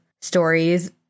stories